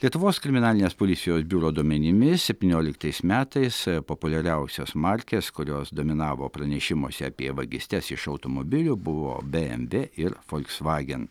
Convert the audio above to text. lietuvos kriminalinės policijos biuro duomenimis septynioliktais metais populiariausios markės kurios dominavo pranešimuose apie vagystes iš automobilių buvo bmw ir folksvagen